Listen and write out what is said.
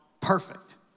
perfect